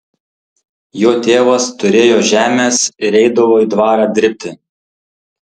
jo tėvas turėjo žemės ir eidavo į dvarą dirbti